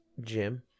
Jim